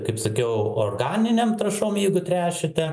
kaip sakiau organinėm trąšom jeigu tręšite